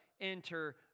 enter